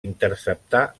interceptar